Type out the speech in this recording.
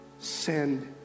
send